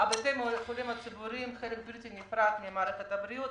בתי החולים הציבוריים הם חלק בלתי נפרד ממערכת הבריאות,